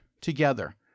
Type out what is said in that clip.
together